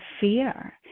fear